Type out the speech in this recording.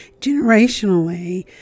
generationally